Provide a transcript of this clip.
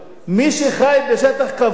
מי שחי בשטח כבוש,